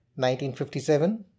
1957